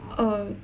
oh